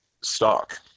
stock